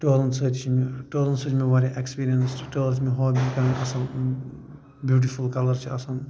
ٹٲلَن سٟتۍ چھَ مےٚ ٹٲلَن سٟتۍ چھِ مےٚ واریاہ ایٚکٕسپیٖریَنٕس ٹٲل چھِ مےٚ ہابِی اَصٕل بیٛوٗٹِفُل کَلَر چھِ آسان